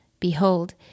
Behold